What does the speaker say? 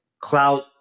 cloud